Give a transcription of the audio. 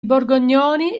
borgognoni